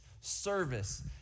service